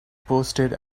posted